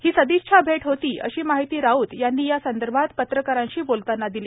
ही सदिच्छा भेट होती अशी माहिती राऊत यांनी या संदर्भात पत्रकारांशी बोलताना दिली